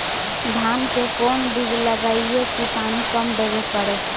धान के कोन बिज लगईऐ कि पानी कम देवे पड़े?